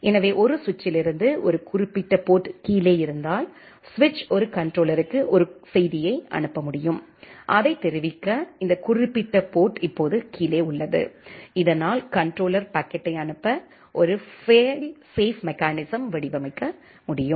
எனவே ஒரு சுவிட்சிலிருந்து ஒரு குறிப்பிட்ட போர்ட் கீழே இருந்தால் சுவிட்ச் ஒரு கண்ட்ரோலர்க்கு ஒரு செய்தியை அனுப்ப முடியும் அதைத் தெரிவிக்க இந்த குறிப்பிட்ட போர்ட் இப்போது கீழே உள்ளது இதனால் கண்ட்ரோலர் பாக்கெட்டை அனுப்ப ஒரு பெயில் ஸேப் மெக்கானிசமை வடிவமைக்க முடியும்